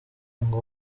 nko